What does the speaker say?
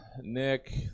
Nick